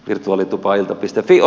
virtuaalitupailta